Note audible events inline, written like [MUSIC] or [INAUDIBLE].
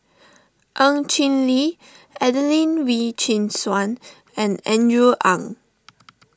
Ng Chin Li Adelene Wee Chin Suan and Andrew Ang [NOISE]